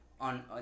on